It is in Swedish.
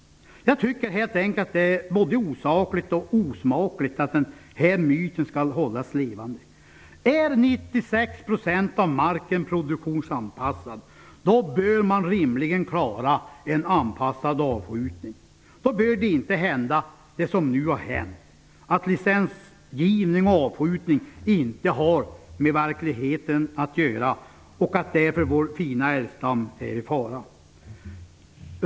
Jag tycker helt enkelt att det är både osakligt och osmakligt att den här myten skall hållas levande. Om 96 % av marken är produktionsanpassad bör man rimligen klara en anpassad avskjutning. Då bör inte det hända som nu har hänt, dvs. att licensgivning och avskjutning inte har med verkligheten att göra och att vår fina älgstam därför är i fara.